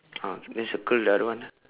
ah then circle the other one ah